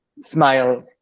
Smile